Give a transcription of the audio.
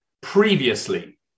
previously